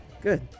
Good